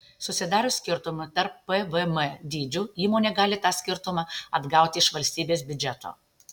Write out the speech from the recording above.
susidarius skirtumui tarp pvm dydžių įmonė gali tą skirtumą atgauti iš valstybės biudžeto